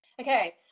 okay